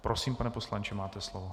Prosím, pane poslanče, máte slovo.